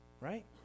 Right